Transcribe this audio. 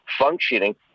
functioning